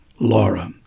Laura